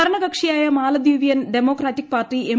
ഭരണകക്ഷിയായ Maldivian Democratic Party M